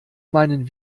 meinen